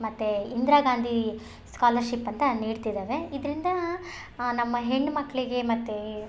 ಮತ್ತೆ ಇಂದಿರಾಗಾಂಧಿ ಸ್ಕಾಲರ್ಶಿಪ್ ಅಂತ ನೀಡ್ತಿದ್ದಾವೆ ಇದರಿಂದ ನಮ್ಮ ಹೆಣ್ಣುಮಕ್ಳಿಗೆ ಮತ್ತೆ